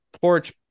porch